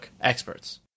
experts